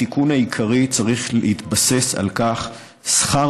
התיקון העיקרי צריך להתבסס על כך ששכר